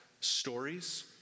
stories